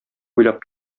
уйлап